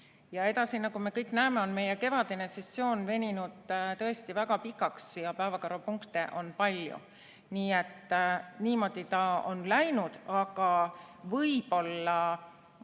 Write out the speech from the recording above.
Edasi, nagu me näeme, on meie kevadine sessioon veninud tõesti väga pikaks ja päevakorrapunkte on palju. Nii et niimoodi ta on läinud. Aga võib-olla